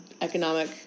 economic